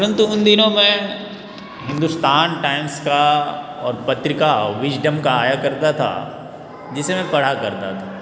परन्तु उन दिनों मैं हिन्दुस्तान टाइम्स का और पत्रिका विज़्डम का आया करता था जिसे मैं पढ़ा करता था